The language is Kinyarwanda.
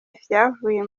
ivyavuye